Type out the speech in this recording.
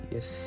Yes